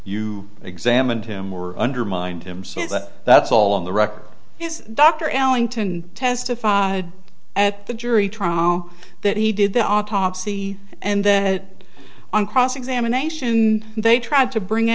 you examined him or undermined him so that's all on the record is dr ellington testified at the jury trial that he did the autopsy and that on cross examination they tried to bring